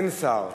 שאין שר.